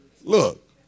Look